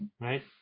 right